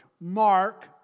Mark